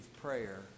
prayer